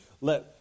let